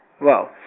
Wow